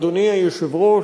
אדוני היושב-ראש,